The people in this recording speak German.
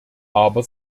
aber